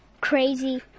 crazy